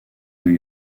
new